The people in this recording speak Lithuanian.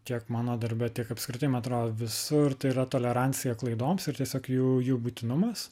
tiek mano darbe tiek apskritai man atrodo visur tai yra tolerancija klaidoms ir tiesiog jų jų būtinumas